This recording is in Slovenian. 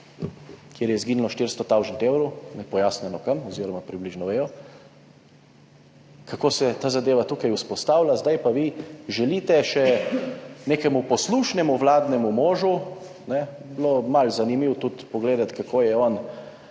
kjer je izginilo 400 tisoč evrov, nepojasnjeno kam oziroma približno vedo, kako se ta zadeva tukaj vzpostavlja, zdaj pa vi želite še nekemu poslušnemu vladnemu možu, bilo bi zanimivo malo pogledati tudi, kako je on